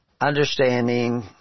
understanding